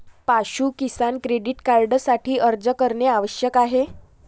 पाशु किसान क्रेडिट कार्डसाठी अर्ज करणे आवश्यक आहे